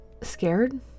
Scared